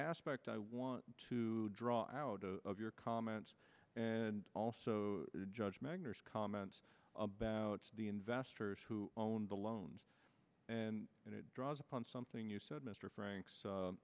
aspect i want to draw out of your comments and also to judge magners comments about the investors who own the loans and it draws upon something you said mr frank